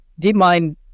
DeepMind